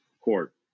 court